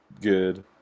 good